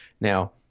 now